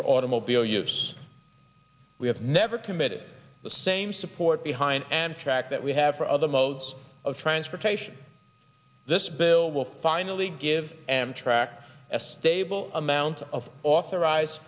for automobile use we have never committed the same support behind and track that we have for other modes of transportation this bill will finally give em track a stable amount of authorized